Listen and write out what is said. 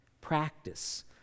Practice